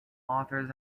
authors